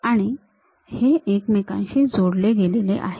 आणि हे एकमेकांशी जोडले गेलेले आहेत